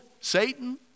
Satan